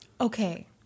Okay